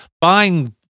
buying